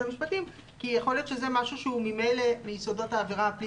המשפטים כי יכול להיות שזה משהו שהוא ממילא מיסודות העבירה הפלילית.